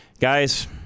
guys